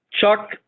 Chuck